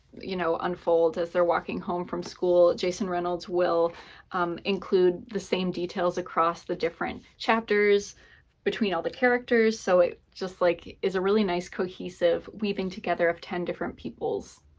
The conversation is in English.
you know, unfold as they're walking home from school, jason reynolds will include the same details across the different chapters between all the characters. so it just, like, is a really nice cohesive weaving together of ten different people's